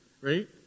right